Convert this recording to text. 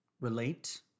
relate